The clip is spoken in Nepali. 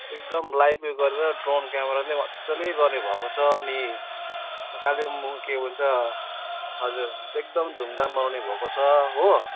एकदम लाइभ ऊ यो गरेर ड्रोन क्यामेराले मजाले गर्ने भएको छ अनि कालेम्पोङ के भन्छ हजुर एकदम धुमधाम मनाउने भएको छ हो